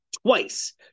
Twice